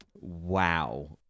Wow